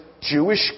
Jewish